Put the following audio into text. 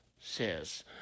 says